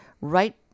right